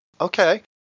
Okay